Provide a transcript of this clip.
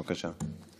בבקשה.